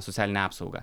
socialinę apsaugą